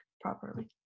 properly